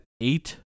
eight